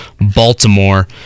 Baltimore